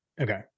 Okay